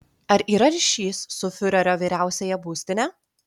ar yra ryšys su fiurerio vyriausiąja būstine